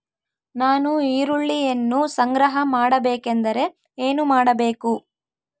ನಾನು ಈರುಳ್ಳಿಯನ್ನು ಸಂಗ್ರಹ ಮಾಡಬೇಕೆಂದರೆ ಏನು ಮಾಡಬೇಕು?